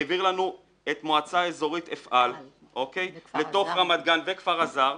העביר לנו את מועצה אזורית אפעל לתוך רמת גן --- וכפר אז"ר.